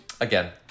Again